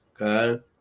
okay